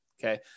Okay